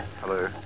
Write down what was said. Hello